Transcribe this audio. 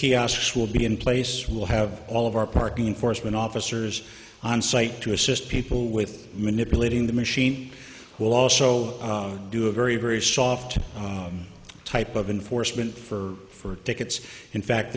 kiosks will be in place will have all of our parking enforcement officers on site to assist people with manipulating the machine will also do a very very soft type of enforcement for for tickets in fact